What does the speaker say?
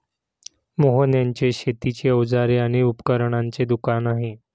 मोहन यांचे शेतीची अवजारे आणि उपकरणांचे दुकान आहे